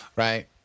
Right